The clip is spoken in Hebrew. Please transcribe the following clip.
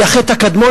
היא החטא הקדמון,